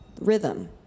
rhythm